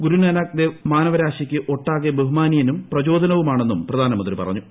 ഗുരു നാനാക് ദേവ് മാനവരാശിക്ക് ഒട്ടാകെ ബഹുമാനീയനും പ്രചോദനവുമാണെന്നും പ്രധാനമന്ത്രി പറഞ്ഞു